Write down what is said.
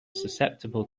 susceptible